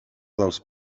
dels